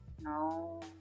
no